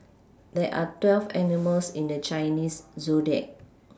there are twelve animals in the Chinese zodiac